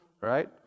Right